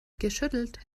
geschüttelt